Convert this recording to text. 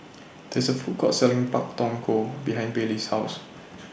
This IS A Food Court Selling Pak Thong Ko behind Bailee's House